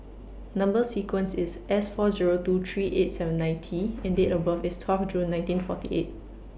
Number sequence IS S four Zero two three eight seven nine T and Date of birth IS twelve June nineteen forty eight